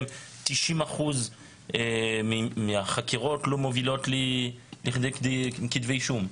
90% מהחקירות לא מובילות לכדי כתבי אישום.